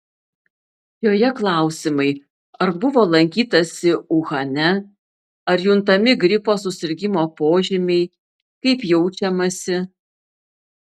joje klausimai ar buvo lankytasi uhane ar juntami gripo susirgimo požymiai kaip jaučiamasi